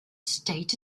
state